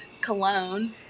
cologne